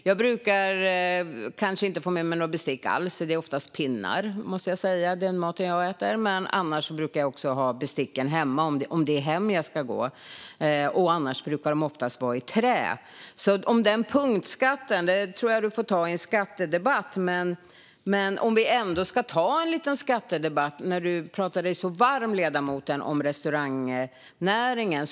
Jag brukar inte få med några bestick alls; det är oftast pinnar till den mat som jag äter. Jag brukar också ha bestick hemma, om det är hem jag ska gå. Annars är de också oftast i trä. Jag tror att du får diskutera punktskatten i en skattedebatt, Tobias Andersson. Men vi kan ändå ha en liten skattedebatt, nu när du talar så varmt om restaurangnäringen.